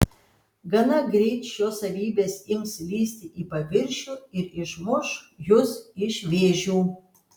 gana greit šios savybės ims lįsti į paviršių ir išmuš jus iš vėžių